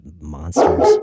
monsters